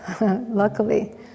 luckily